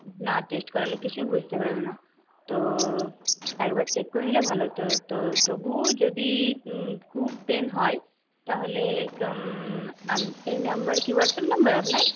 না টেস্ট করালে কিছুই বুঝতে পারবে না তো একবার চেক করে নিলে ভালো হতো তো তবুও যদি খুব পেইন হয় তাহলে এই নাম্বার কি হোয়াটসআ্যপ নাম্বার আপনার